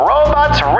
Robots